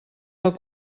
del